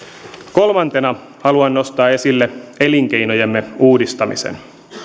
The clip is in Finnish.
kolmantena haluan nostaa esille elinkeinojemme uudistamisen